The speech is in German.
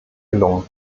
gelungen